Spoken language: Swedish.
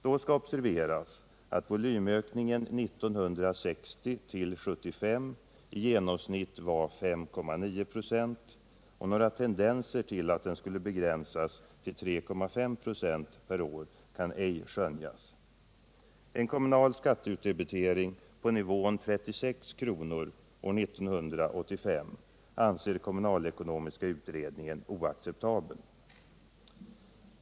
Då skall observeras att volymökningen 1960-1975 i genomsnitt var 5,9 96, och några tendenser till att den skulle begränsas till 3,5 96 per år kan ej skönjas. En kommunal skatteutdebitering på nivån 36 kr. år 1985 anser kommunalekonomiska utredningen oacceptabel.